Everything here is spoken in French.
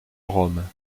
rome